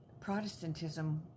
Protestantism